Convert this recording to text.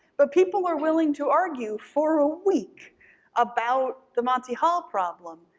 but people are willing to argue for a week about the monty hall problem.